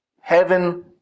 Heaven